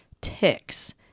ticks